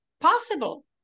possible